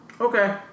Okay